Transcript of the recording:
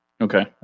Okay